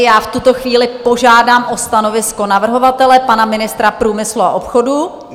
Já v tuto chvíli požádám o stanovisko navrhovatele, pana ministra průmyslu a obchodu.